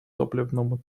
топливному